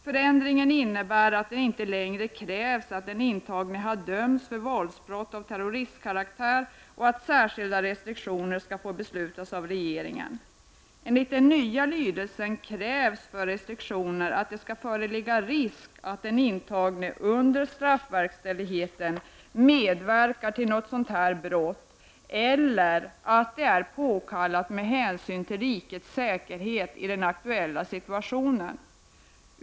Förändringen innebär att det inte längre krävs att den intagne har dömts för våldsbrott av terroristkaraktär för att särskilda restriktioner skall få beslutas av regeringen. Enligt den nya lydelsen krävs det att det föreligger risk för att den intagne under verkställigheten medverkar till något sådant brott eller att det är påkallat med hänsyn till rikets säkerhet i den aktuella situationen.